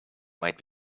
might